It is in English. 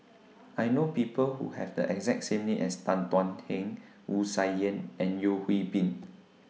I know People Who Have The exact same name as Tan Thuan Heng Wu Tsai Yen and Yeo Hwee Bin